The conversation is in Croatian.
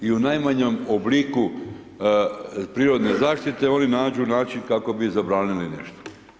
I u najmanjem obliku prirodne zaštite oni nađu način kako bi zabranili nešto.